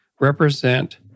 represent